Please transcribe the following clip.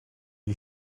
you